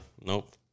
Nope